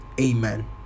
Amen